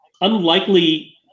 unlikely